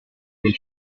del